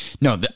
No